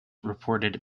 reported